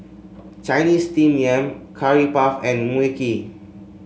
Chinese Steamed Yam Curry Puff and Mui Kee